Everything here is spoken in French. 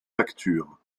facture